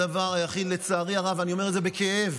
הדבר היחיד, לצערי הרב, ואני אומר את זה בכאב,